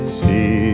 see